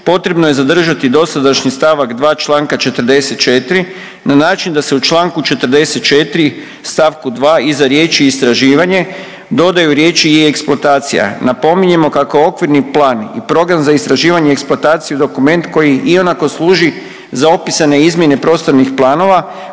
potrebno je zadržati dosadašnji st. 2. čl. 44. na način da se u čl. 44. st. 2. iza riječi „istraživanje“ dodaju riječi „i eksploatacija“. Napominjemo kako okvirni plan i program za istraživanje i eksploataciju je dokument koji ionako služi za opisane izmjene prostornih planova